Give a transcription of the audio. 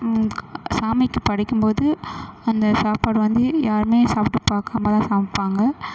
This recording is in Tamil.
சாமிக்கு படைக்கும் போது அந்த சாப்பாடு வந்து யாரும் சாப்பிட்டு பார்க்காம தான் சமைப்பாங்க